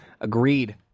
Agreed